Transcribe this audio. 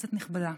כנסת נכבדה,